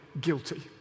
guilty